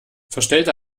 verstellte